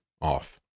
off